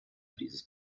dieses